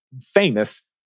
famous